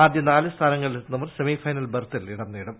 ആദ്യ നാല് സ്ഥാനങ്ങളിലെത്തുന്നവർ സെമിഫൈനൽ ബർത്തിൽ ഇടം നേടും